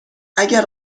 اگر